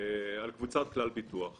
על קבוצת כלל ביטוח.